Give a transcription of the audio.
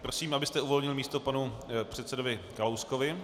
Prosím, abyste uvolnil místo panu předsedovi Kalouskovi.